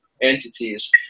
entities